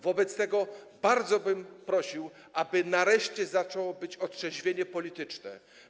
Wobec tego bardzo bym prosił, aby nareszcie nastąpiło otrzeźwienie polityczne.